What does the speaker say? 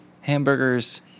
hamburgers